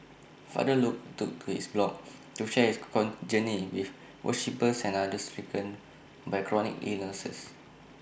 father Luke took to his blog to share his con journey with worshippers and others stricken by chronic illnesses